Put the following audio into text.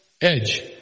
edge